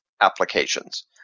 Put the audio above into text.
Applications